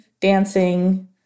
dancing